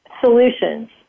solutions